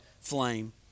Flame